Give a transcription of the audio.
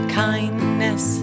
kindness